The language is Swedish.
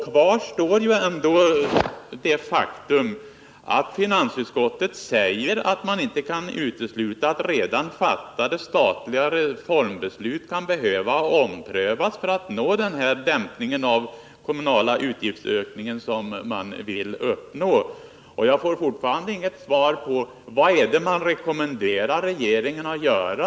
Kvar står det faktum att finansutskottet uttalar att man inte kan utesluta att redan fattade statliga reformbeslut kan behöva omprövas för att få till stånd den dämpning i den kommunala utgiftsökningen som man vill uppnå. Jag har ännu inte fått något svar på vad det är finansutskottet vill rekommendera regeringen att göra.